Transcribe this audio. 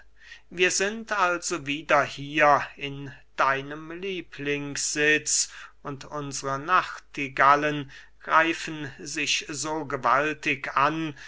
wir sind also wieder hier in deinem lieblingssitz und unsre nachtigallen greifen sich so gewaltig an